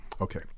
okay